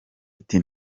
ati